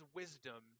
wisdom